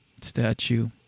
statue